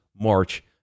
March